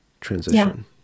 transition